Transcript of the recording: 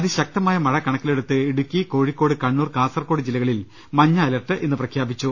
അതിശക്തമായ മഴ കണക്കിലെടുത്ത് ഇടുക്കി കോഴിക്കോട് കണ്ണൂർ കാസർകോട് ജില്ലകളിൽ ഇന്ന് മഞ്ഞ അലർട്ട് പ്രഖ്യാപിച്ചു